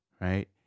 right